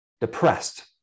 depressed